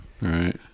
right